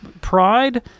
pride